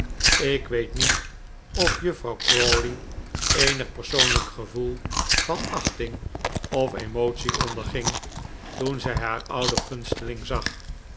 ik weet niet of juffrouw crawley eenig persoonlijk gevoel van achting of emotie onderging toen zij haar ouden gunsteling zag